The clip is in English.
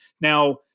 Now